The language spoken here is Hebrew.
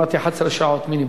אמרתי: 11 שעות מינימום.